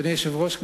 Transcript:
אדוני היושב-ראש,